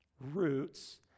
roots